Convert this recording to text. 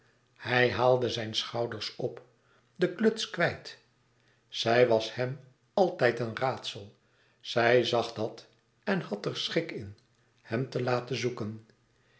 hij haalde zijne schouders op den kluts kwijt zij was hem altijd een raadsel zij zag dat en had er schik in hem te laten zoeken